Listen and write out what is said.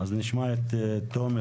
אז נשמע בינתיים את תומר,